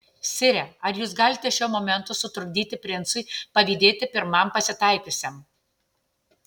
sire ar jūs galite šiuo momentu sutrukdyti princui pavydėti pirmam pasitaikiusiam